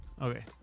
Okay